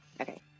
Okay